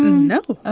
no